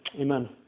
Amen